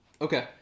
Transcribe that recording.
Okay